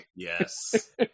Yes